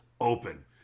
Open